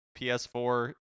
PS4